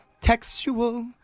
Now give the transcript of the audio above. textual